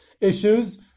issues